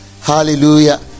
hallelujah